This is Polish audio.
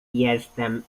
jestem